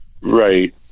right